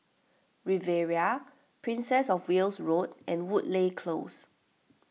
Riviera Princess of Wales Road and Woodleigh Close